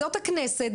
זאת הכנסת,